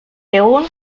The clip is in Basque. egun